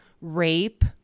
rape